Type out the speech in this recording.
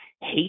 hate